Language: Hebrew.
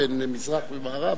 בין מזרח ומערב?